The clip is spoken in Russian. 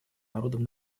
народом